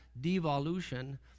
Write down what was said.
devolution